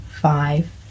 five